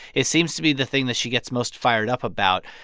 it seems to be the thing that she gets most fired up about.